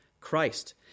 Christ